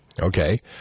Okay